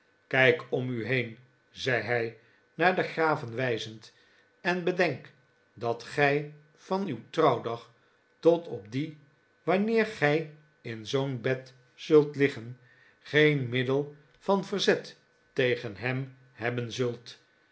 kijk om u heen zei hij naar de graven wijzend en bedenk dat or j van uw trouwdag tot op dien wanneer gij in zoo'n bed zult liggen geen middel van verzet tegen hem hebben zult